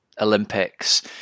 Olympics